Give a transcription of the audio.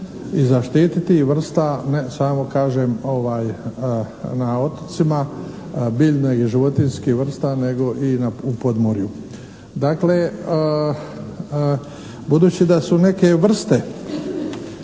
zaštitit i vrsta samo kažem na otocima biljnih i životinjskih vrsta nego i u podmorju. Dakle budući da su neke vrste